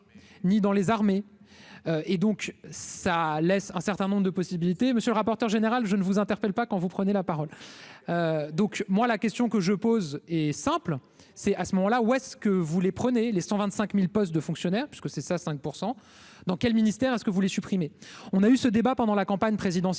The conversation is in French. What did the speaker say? ni dans les armées, et donc ça laisse un certain nombre de possibilités, monsieur le rapporteur général, je ne vous interpelle pas quand vous prenez la parole, donc moi la question que je pose est simple, c'est à ce moment-là, ou est-ce que vous les prenez les 125000 postes de fonctionnaires puisque c'est ça 5 % dans quel ministère est-ce ce que vous voulez supprimer, on a eu ce débat pendant la campagne présidentielle